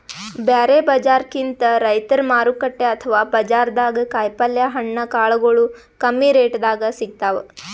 ಬ್ಯಾರೆ ಬಜಾರ್ಕಿಂತ್ ರೈತರ್ ಮಾರುಕಟ್ಟೆ ಅಥವಾ ಬಜಾರ್ದಾಗ ಕಾಯಿಪಲ್ಯ ಹಣ್ಣ ಕಾಳಗೊಳು ಕಮ್ಮಿ ರೆಟೆದಾಗ್ ಸಿಗ್ತಾವ್